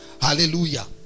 Hallelujah